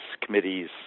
committees